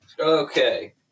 Okay